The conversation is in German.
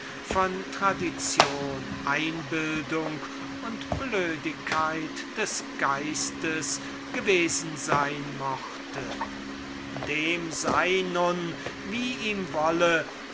von tradition einbildung und blödigkeit des geistes gewesen sein möchte dem sei nun wie ihm wolle